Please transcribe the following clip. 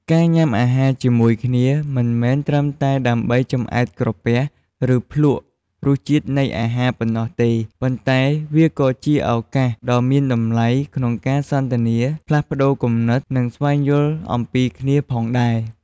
ការញ៉ាំអាហារជាមួយគ្នាមិនមែនត្រឹមតែដើម្បីចម្អែតក្រពះ ឬភ្លក្សរសជាតិនៃអាហារប៉ុណ្ណោះទេ ប៉ុន្តែវាក៏ជាឱកាសដ៏មានតម្លៃក្នុងការសន្ទនា ផ្លាស់ប្តូរគំនិត និងស្វែងយល់អំពីគ្នាផងដែរ។